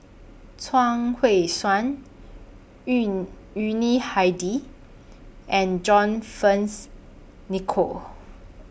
Chuang Hui Tsuan Yun Yuni Hadi and John Fearns Nicoll